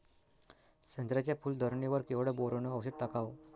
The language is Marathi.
संत्र्याच्या फूल धरणे वर केवढं बोरोंन औषध टाकावं?